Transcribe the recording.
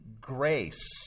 grace